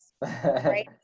Right